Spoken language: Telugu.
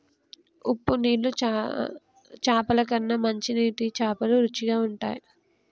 ఉప్పు నీళ్ల చాపల కన్నా మంచి నీటి చాపలు రుచిగ ఉంటయ్